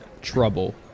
Trouble